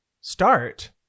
start